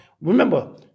remember